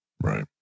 Right